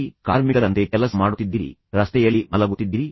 ಈಗ ಈ ತಂದೆಯನ್ನು ನೋಡಿ ನೀವು ನನಗೆ ಭರವಸೆ ನೀಡಿದ್ದೀರಿ